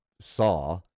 saw